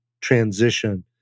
transition